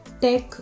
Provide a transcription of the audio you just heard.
tech